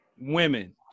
women